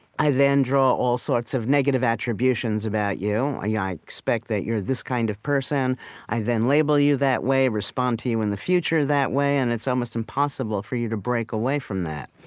i then draw all sorts of negative attributions about you yeah i expect that you're this kind of person i then label you that way, respond to you in the future that way, and it's almost impossible for you to break away from that.